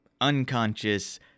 unconscious